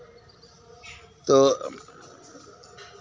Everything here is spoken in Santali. ᱛᱚ